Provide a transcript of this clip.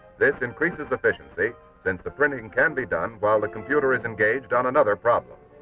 this increases efficiency since the printing can be done while the computer is engaged on another problem.